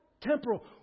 temporal